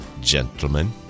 gentlemen